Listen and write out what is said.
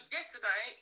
Yesterday